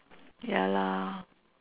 ya lah